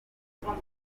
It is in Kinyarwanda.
imvura